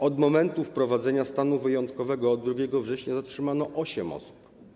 Od momentu wprowadzenia stanu wyjątkowego, od 2 września, zatrzymano osiem osób.